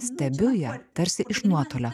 stebiu ją tarsi iš nuotolio